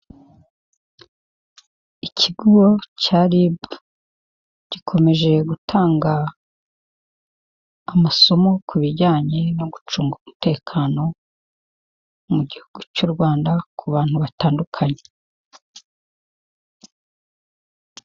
Ikigo cya RIB gikomeje gutanga amasomo ku bijyanye no gucunga umutekano mu gihugu cy'u Rwanda, ku bantu batandukanye.